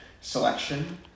selection